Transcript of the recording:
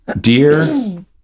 dear